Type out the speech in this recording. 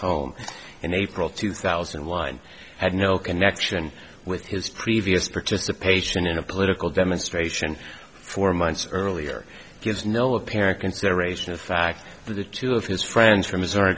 home in april two thousand and one had no connection with his previous participation in a political demonstration four months earlier gives no apparent consideration of fact to the two of his friends from his